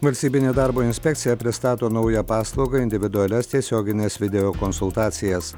valstybinė darbo inspekcija pristato naują paslaugą individualias tiesiogines vedėjo konsultacijas